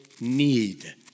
need